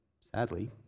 sadly